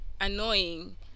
annoying